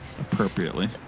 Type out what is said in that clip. Appropriately